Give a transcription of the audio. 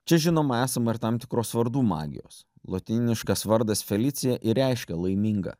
čia žinoma esama ir tam tikros vardų magijos lotyniškas vardas felicija ir reiškia laiminga